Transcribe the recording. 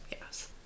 Yes